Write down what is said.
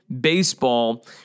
baseball